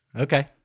okay